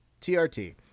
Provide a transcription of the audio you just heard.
TRT